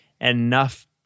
enough